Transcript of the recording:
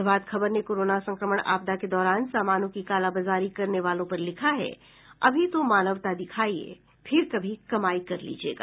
प्रभात खबर ने कोरोना संक्रमण आपदा के दौरान समानों की कालाबाजारी करने वालों पर लिखा है अभी तो मानवता दिखाइए फिर कभी कमाई कर लीजियेगा